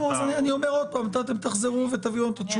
אתם תחזרו אלינו ותביאו לנו את התשובה.